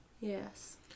Yes